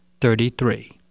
thirty-three